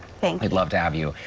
thank you. love to have you.